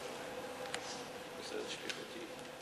התרבות והספורט נתקבלה.